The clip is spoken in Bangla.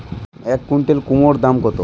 এক কুইন্টাল কুমোড় দাম কত?